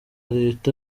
reta